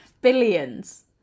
Billions